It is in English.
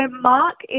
Mark